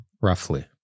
Roughly